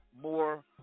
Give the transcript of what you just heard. more